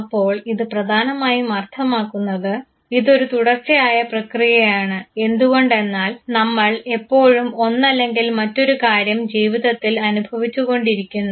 അപ്പോൾ ഇത് പ്രധാനമായും അർഥമാക്കുന്നത് ഇതൊരു തുടർച്ചയായ പ്രക്രിയയാണ് എന്തുകൊണ്ടെന്നാൽ നമ്മൾ എപ്പോഴും ഒന്നല്ലെങ്കിൽ മറ്റൊരു കാര്യം ജീവിതത്തിൽ അനുഭവിച്ചുകൊണ്ടിരിക്കുന്നു